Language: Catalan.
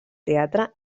teatre